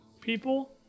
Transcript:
people